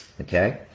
Okay